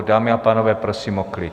Dámy a pánové, prosím o klid.